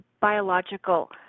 biological